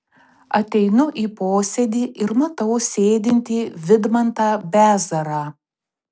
ateinu į posėdį ir matau sėdintį vidmantą bezarą